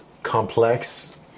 Complex